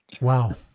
Wow